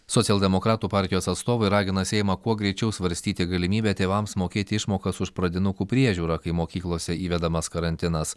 socialdemokratų partijos atstovai ragina seimą kuo greičiau svarstyti galimybę tėvams mokėti išmokas už pradinukų priežiūrą kai mokyklose įvedamas karantinas